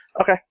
Okay